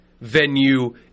venue